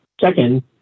Second